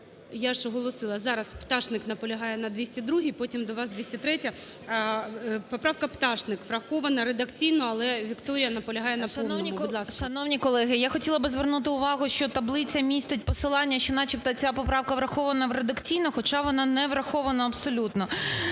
Я ж оголосила. Зараз, Пташник наполягає на 202-й, потім до вас, 203-я. Поправка Пташник врахована редакційно, але Вікторія наполягає на повному. Будь ласка. 13:04:36 ПТАШНИК В.Ю. Шановні колеги, я хотіла би звернути увагу, що таблиця містить посилання, що начебто ця поправка врахована редакційно, хоча вона не врахована абсолютно.